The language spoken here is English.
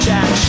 Jack